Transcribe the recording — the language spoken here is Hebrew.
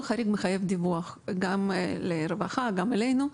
חריג מחייב דיווח גם לרווחה וגם אלינו.